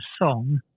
song